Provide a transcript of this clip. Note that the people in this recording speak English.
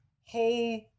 whole